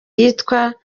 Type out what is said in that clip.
yitwa